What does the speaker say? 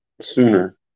sooner